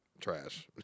trash